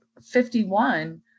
51